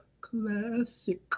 classic